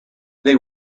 they